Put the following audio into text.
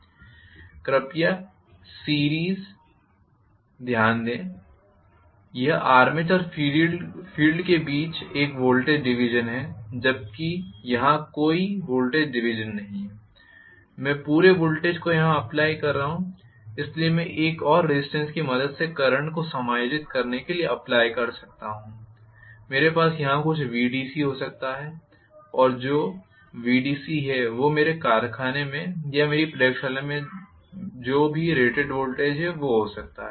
जबकि सीरीस कृपया ध्यान दें कि यह आर्मेचर और फील्ड के बीच एक वोल्टेज डिवीजन है जबकि यहां कोई वोल्टेज डिवीजन नहीं है मैं पूरे वोल्टेज को यहां अप्लाई कर रहा हूं इसलिए मैं एक और रेज़िस्टेन्स की मदद से करंट को समायोजित करने के लिए अप्लाई कर सकता हूं मेरे पास यहाँ कुछ Vdcहो सकता है और जो Vdc है वो मेरे कारखाने में या मेरी प्रयोगशाला में जो भी रेटेड वोल्टेज है वो हो सकता है